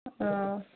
ꯑ